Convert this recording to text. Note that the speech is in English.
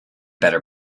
better